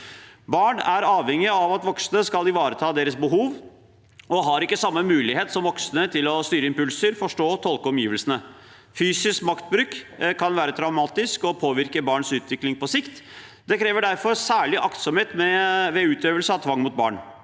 Barn er avhengige av at voksne skal ivareta deres behov, og de har ikke samme mulighet som voksne til å styre impulser og forstå og tolke omgivelsene. Fysisk maktbruk kan være traumatisk og kan påvirke barns utvikling på sikt. Det krever derfor særlig aktsomhet ved utøvelse av tvang mot barn.